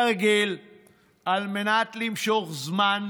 תרגיל על מנת למשוך זמן,